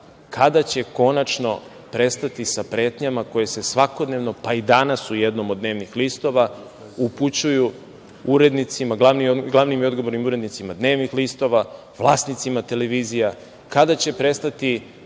kada će konačno prestati sa pretnjama koje se svakodnevno, pa i danas u jednom od dnevnih listova, upućuju urednicima, glavnim i odgovornim urednicima dnevnih listova, vlasnicima televizija, kada će prestati